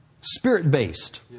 Spirit-based